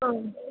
ಹಾಂ